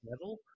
level